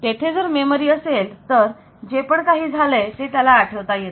तेथे जर मेमरी असेल तर जे पण काही झालंय ते त्याला आठवता येतं